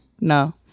No